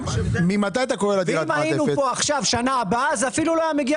ואם היינו פה עכשיו בשנה הבאה זה אפילו לא היה מגיע